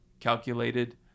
Calculated